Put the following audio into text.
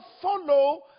follow